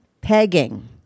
pegging